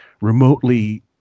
remotely